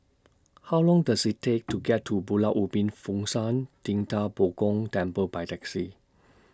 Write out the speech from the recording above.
How Long Does IT Take to get to Pulau Ubin Fo Shan Ting DA Bo Gong Temple By Taxi